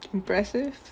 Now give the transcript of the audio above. impressive